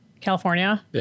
California